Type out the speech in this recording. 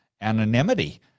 anonymity